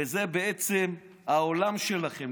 וזה העולם שלכם.